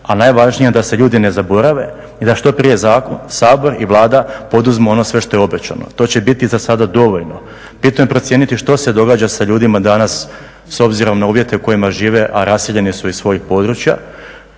a najvažnije je da se ljudi ne zaborave i da što prije Sabor i Vlada poduzmu ono sve što je obećano. To će biti za sada dovoljno, bitno je procijeniti što se događa sa ljudima danas s obzirom na uvjete u kojima žive, a raseljeni su iz svojih područja.